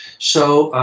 so